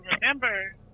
Remember